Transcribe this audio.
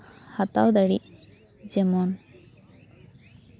ᱦᱟᱛᱟᱣ ᱫᱟᱲᱮᱜ ᱡᱮᱢᱚᱱ